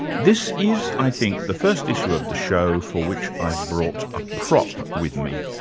this is, i think, the first issue of the show for which i've brought a prop with me.